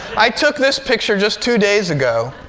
i took this picture just two days ago.